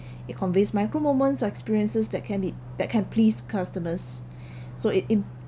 it conveys micro moments experiences that can be that can please customers so it